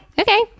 okay